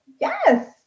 Yes